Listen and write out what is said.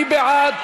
מי בעד?